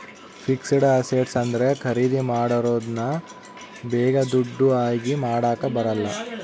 fixed asset ಅಂದ್ರೆ ಖರೀದಿ ಮಾಡಿರೋದನ್ನ ಬೇಗ ದುಡ್ಡು ಆಗಿ ಮಾಡಾಕ ಬರಲ್ಲ